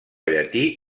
llatí